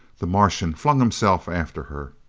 the martian flung himself after her.